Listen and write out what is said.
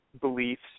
beliefs